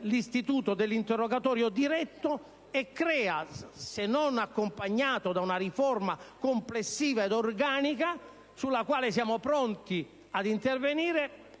l'istituto dell'interrogatorio diretto e crea e creerà - se non sarà accompagnato da una riforma complessiva e organica, sulla quale siamo pronti ad intervenire -